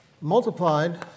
multiplied